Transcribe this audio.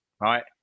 right